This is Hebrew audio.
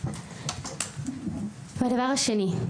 הדבר השני,